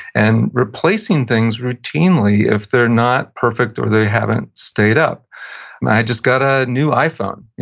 and replacing things routinely if they're not perfect, or they haven't stayed up i just got a new iphone.